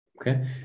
Okay